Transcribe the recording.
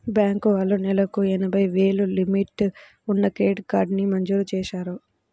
bank వాళ్ళు నెలకు ఎనభై వేలు లిమిట్ ఉన్న క్రెడిట్ కార్డుని మంజూరు చేశారు